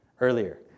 earlier